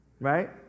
right